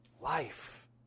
life